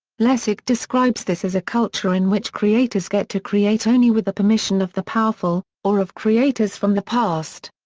lessig describes this as a culture in which creators get to create only with the permission of the powerful, or of creators from the past.